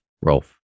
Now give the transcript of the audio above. Rolf